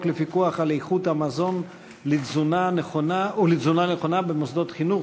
לפיקוח על איכות המזון ולתזונה נכונה במוסדות חינוך,